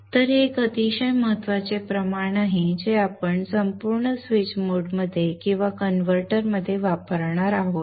तर हे एक अतिशय महत्त्वाचे प्रमाण आहे जे आपण संपूर्ण स्विच मोडमध्ये किंवा कन्व्हर्टरमध्ये वापरणार आहोत